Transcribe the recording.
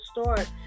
start